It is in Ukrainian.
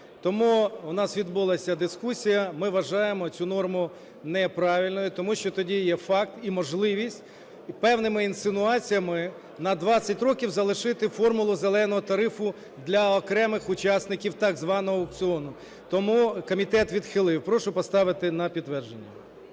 Тому у нас відбулася дискусія, ми вважаємо цю норму неправильною, тому що тоді є факт і можливість певними інсинуаціями на 20 років залишити формулу "зеленого" тарифу для окремих учасників так званого аукціону. Тому комітет відхилив. Прошу поставити на підтвердження.